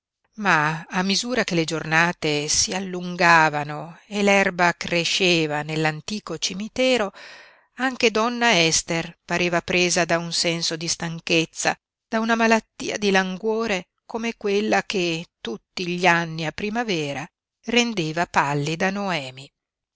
ma a misura che le giornate si allungavano e l'erba cresceva nell'antico cimitero anche donna ester pareva presa da un senso di stanchezza da una malattia di languore come quella che tutti gli anni a primavera rendeva pallida noemi